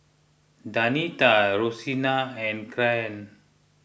Danita Roseanna and Caryn